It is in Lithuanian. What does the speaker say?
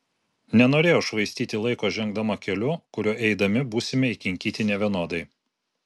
nenorėjau švaistyti laiko žengdama keliu kuriuo eidami būsime įkinkyti nevienodai